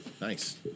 Nice